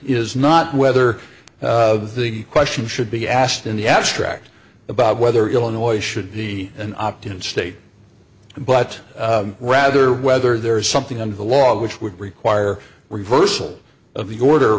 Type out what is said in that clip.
is not whether the question should be asked in the abstract about whether illinois should be an opt in state but rather whether there is something under the law which would require reversal of the order